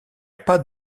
pas